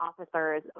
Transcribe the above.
officers